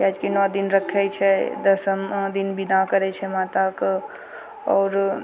काहे से कि नओ दिन रक्खै छै दशमा दिन बिदा करै छै माताके आओर